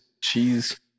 cheese